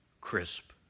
crisp